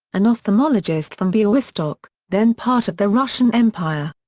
an ophthalmologist from bialystok, then part of the russian empire.